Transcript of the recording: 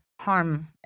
Harm